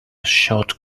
short